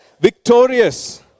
victorious